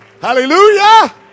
Hallelujah